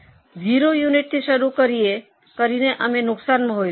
તેથી 0 યુનિટથી શરૂ કરીને તો અમે નુકસાનમાં હોઈશું